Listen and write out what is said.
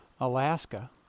Alaska